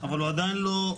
בכל אופן,